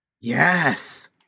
Yes